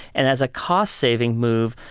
and as a cost-saving move,